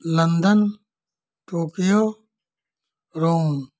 London Tokyo Rome